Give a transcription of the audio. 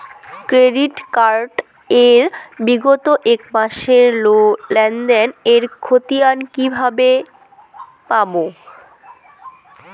Credit card এর বিগত এক মাসের লেনদেন এর ক্ষতিয়ান কি কিভাবে পাব?